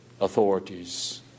authorities